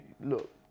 look